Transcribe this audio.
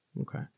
Okay